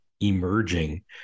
emerging